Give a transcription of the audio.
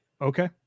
Okay